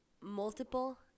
multiple